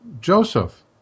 Joseph